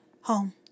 Home